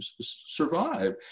survive